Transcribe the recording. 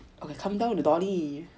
okay come down to dolly